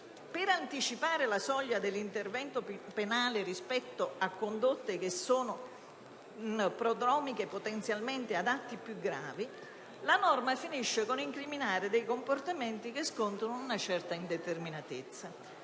per anticipare la soglia dell'intervento penale rispetto a condotte che sono prodromiche potenzialmente ad atti più gravi, la norma finisce con l'incriminare comportamenti che scontano una certa indeterminatezza.